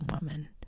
woman